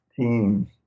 teams